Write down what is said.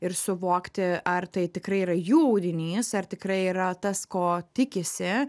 ir suvokti ar tai tikrai yra jų audinys ar tikrai yra tas ko tikisi